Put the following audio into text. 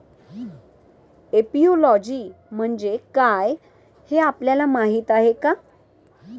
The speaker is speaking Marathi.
एपियोलॉजी म्हणजे काय, हे आपल्याला माहीत आहे का?